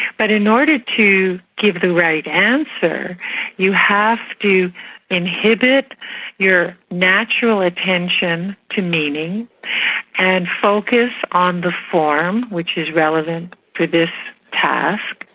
but in order to give the right answer you have to inhibit your natural attention to meaning and focus on the form, which is relevant to this task,